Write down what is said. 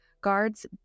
guards